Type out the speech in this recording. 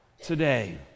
today